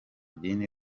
dini